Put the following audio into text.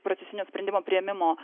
procesinio sprendimo priėmimo